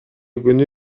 күнү